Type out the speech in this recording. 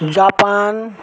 Japan